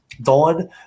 Dawn